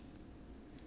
no ah